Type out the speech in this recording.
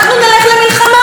חברות וחברים,